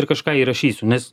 ir kažką įrašysiu nes